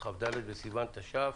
כ"ד בסיון תש"ף.